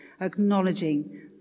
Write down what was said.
acknowledging